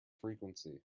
frequency